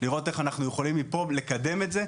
אנחנו נשמח לראות איך אנחנו יכולים לקדם את זה מפה.